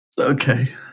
Okay